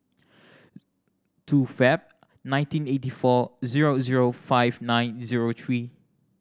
two Feb nineteen eighty four zero zero five nine zero three